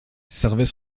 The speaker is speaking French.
servait